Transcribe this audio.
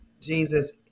Jesus